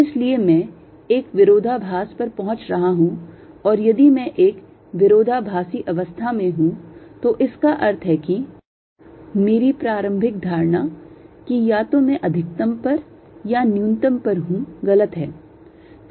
इसलिए मैं एक विरोधाभास पर पहुंच रहा हूं और यदि मैं एक विरोधाभासी अवस्था में हूं तो इसका अर्थ है कि मेरी प्रारंभिक धारणा है कि या तो मैं अधिकतम पर या न्यूनतम पर हूं गलत है